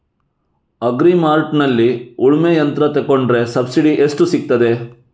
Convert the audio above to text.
Agri ಮಾರ್ಟ್ನಲ್ಲಿ ಉಳ್ಮೆ ಯಂತ್ರ ತೆಕೊಂಡ್ರೆ ಸಬ್ಸಿಡಿ ಎಷ್ಟು ಸಿಕ್ತಾದೆ?